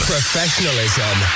Professionalism